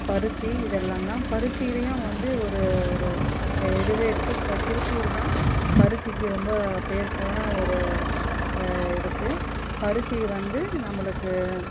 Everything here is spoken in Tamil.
பருத்தி இதெல்லாம்தான் பருத்திலையும் வந்து ஒரு ஒரு இதுவே இருக்கு இப்போ திருப்பூர் தான் பருத்திக்கு ரொம்ப பேர்ப்போன ஒரு இருக்கு பருத்தி வந்து நம்பளுக்கு